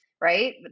right